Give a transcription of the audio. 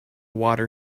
water